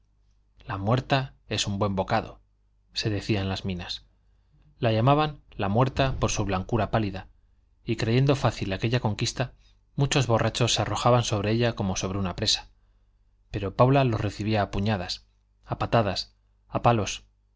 la muerta es un buen bocado se decía en las minas la llamaban la muerta por su blancura pálida y creyendo fácil aquella conquista muchos borrachos se arrojaban sobre ella como sobre una presa pero paula los recibía a puñadas a patadas a palos